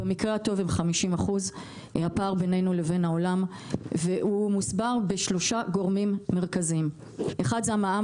הפער בינינו לבין במקרה הטוב הם 50%. הוא מוסבר בשלושה גורמים מרכזיים: המע"מ,